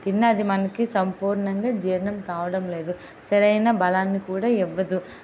తిన్నది మనకి సంపూర్ణంగా జీర్ణం కావడం లేదు సరైన బలాన్ని కూడా ఇవ్వదు